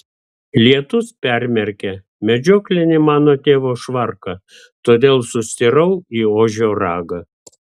lietus permerkė medžioklinį mano tėvo švarką todėl sustirau į ožio ragą